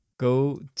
Go